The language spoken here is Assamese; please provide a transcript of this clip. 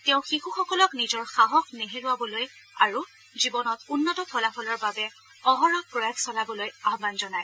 তেওঁ শিশুসকলক নিজৰ সাহস নেহেৰুৱাবলৈ আৰু জীৱনত উন্নত ফলাফলৰ বাবে অহৰহ প্ৰয়াস চলাবলৈ আহান জনায়